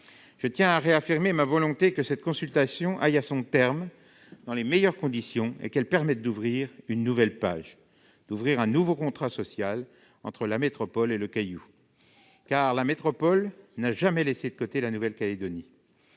Je tiens à réaffirmer ma volonté que la consultation aille à son terme dans les meilleures conditions et qu'elle permette d'ouvrir une nouvelle page, un nouveau contrat social, entre la métropole et le Caillou. Car la métropole n'a jamais laissé de côté la Nouvelle-Calédonie.